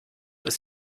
ist